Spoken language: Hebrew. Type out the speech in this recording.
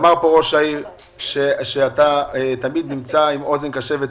אמר כאן ראש העיר שאתה תמיד נמצא עם אוזן קשבת,